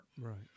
Right